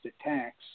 attacks